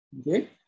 okay